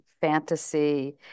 fantasy